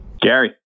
Gary